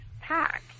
pack